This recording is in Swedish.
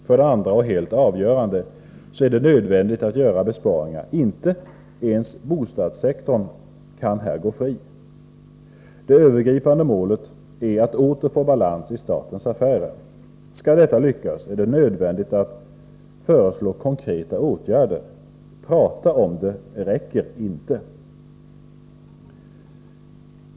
För det andra — och det är det helt avgörande — är det nödvändigt att göra besparingar. Inte ens bostadssektorn kan här gå fri. Det övergripande målet är att åter få balans i statens affärer. Skall detta lyckas är det nödvändigt att föreslå konkreta åtgärder. Att prata om det räcker inte.